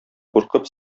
куркып